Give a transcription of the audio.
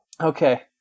okay